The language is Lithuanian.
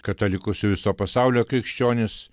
katalikus ir viso pasaulio krikščionis